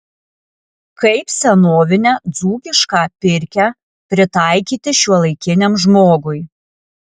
kaip senovinę dzūkišką pirkią pritaikyti šiuolaikiniam žmogui